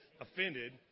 offended